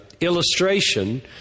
illustration